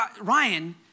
Ryan